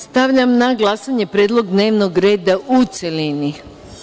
Stavljam na glasanje predlog dnevnog reda, u celini.